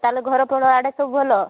ତାହେଲେ ଘରଫର ଆଡ଼େ ସବୁ ଭଲ